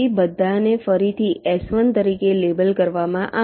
તે બધાને ફરીથી S1 તરીકે લેબલ કરવામાં આવશે